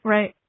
Right